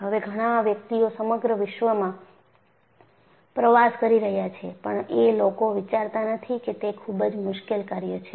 હવે ઘણાં વ્યક્તિઓ સમગ્ર વિશ્વમાં પ્રવાસ કરી રહ્યા છે પણ એ લોકો વિચારતા નથી કે તે ખુબ જ મુશ્કેલ કાર્ય છે